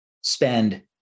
spend